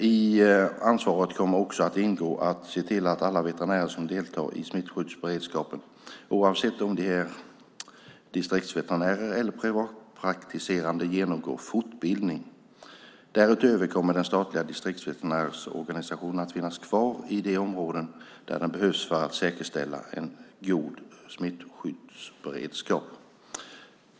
I ansvaret kommer också att ingå att se till att alla veterinärer som deltar i smittskyddsberedskapen, oavsett om de är distriktsveterinärer eller privatpraktiserande, genomgår fortbildning. Därutöver kommer den statliga distriktsveterinärsorganisationen att finnas kvar i de områden där den behövs för att säkerställa en god smittskyddsberedskap.